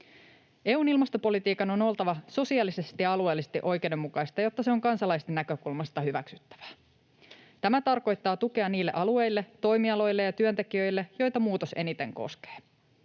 EU:n ilmastopolitiikan on oltava sosiaalisesti ja alueellisesti oikeudenmukaista, jotta se on kansalaisten näkökulmasta hyväksyttävää. Tämä tarkoittaa tukea niille alueille, toimialoille ja työntekijöille, joita muutos eniten koskee.